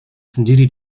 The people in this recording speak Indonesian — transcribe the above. sendiri